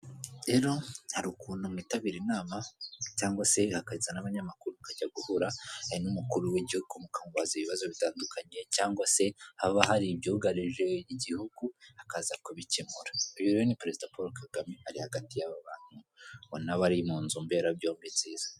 Rero hari ukuntu mwitabira inama cyangwa se hakaza n'abanyamakuru, mukajya guhura n'umukuru w'igihugu, mukabaza ibibazo bitandukanye cyangwa se haba hari ibyugarije igihugu, akaza kubikemura. Uyu rero ni perezida Paul Kagame, ari hagati y'aba bantu ubona bari mu nzu mberabyombi nziza.